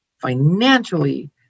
financially